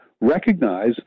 recognize